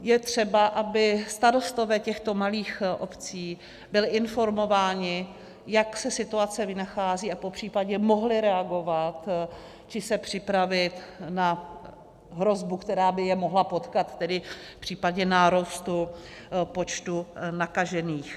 Je třeba, aby starostové těchto malých obcí byli informováni, jak se situace vynachází, a popřípadě mohli reagovat či se připravit na hrozbu, která by je mohla potkat v případě nárůstu počtu nakažených.